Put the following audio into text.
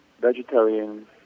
vegetarian